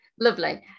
Lovely